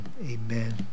amen